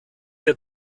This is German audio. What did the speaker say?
der